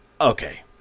okay